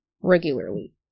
regularly